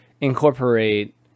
incorporate